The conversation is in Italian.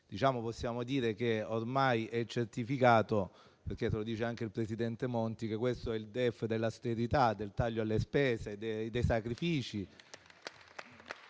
Possiamo dire che ormai è certificato, perché ce lo dice anche il presidente Monti, che questo è il DEF dell'austerità, del taglio alle spese e dei sacrifici.